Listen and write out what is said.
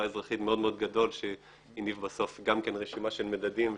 האזרחית שהניב בסוף גם כן רשימה של מדדים שקצת,